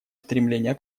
стремления